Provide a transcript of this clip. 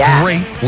great